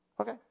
Okay